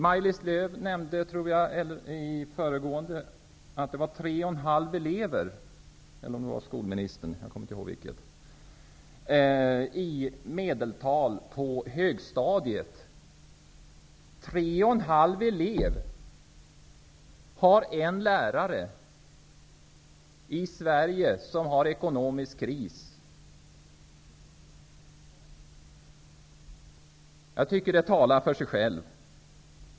Maj-Lis Lööw, eller skolministern, nämnde att det gick i medeltal 3,5 elever på varje lärare på högstadiet. 3,5 elever delar på en lärare i Sverige, som nu genomgår en ekonomisk kris! Jag tycker att det här talar för sig själv.